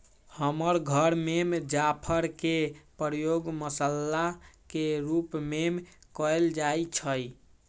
हमर घर में जाफर के प्रयोग मसल्ला के रूप में कएल जाइ छइ